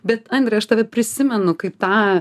bet andre aš tave prisimenu kaip tą